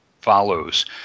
follows –